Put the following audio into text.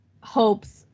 hopes